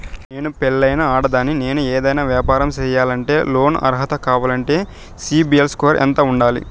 నేను పెళ్ళైన ఆడదాన్ని, నేను ఏదైనా వ్యాపారం సేయాలంటే లోను అర్హత కావాలంటే సిబిల్ స్కోరు ఎంత ఉండాలి?